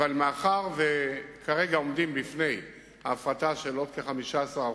אבל מאחר שכרגע עומדים בפני הפרטה של עוד כ-15%,